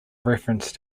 reference